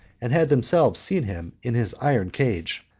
and had themselves seen him in his iron cage.